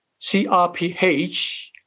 CRPH